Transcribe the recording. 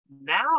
Now